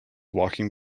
walking